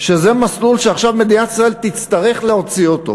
שזה מסלול שעכשיו מדינת ישראל תצטרך להוציא אותו,